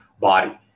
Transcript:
body